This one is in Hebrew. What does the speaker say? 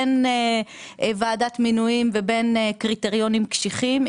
בין ועדת מינויים לבין קריטריונים קשיחים,